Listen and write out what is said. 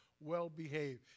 well-behaved